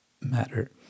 matter